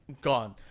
gone